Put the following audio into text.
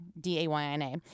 D-A-Y-N-A